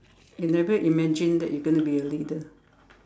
you never imagined that you going to be a leader